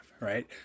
right